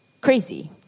crazy